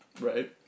right